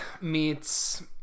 meets